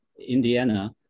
Indiana